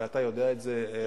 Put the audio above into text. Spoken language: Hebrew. ואתה יודע את זה,